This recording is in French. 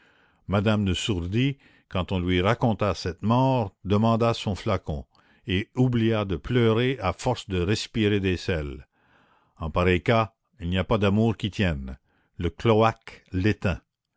madame de sourdis quand on lui raconta cette mort demanda son flacon et oublia de pleurer à force de respirer des sels en pareil cas il n'y a pas d'amour qui tienne le cloaque l'éteint